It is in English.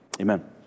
amen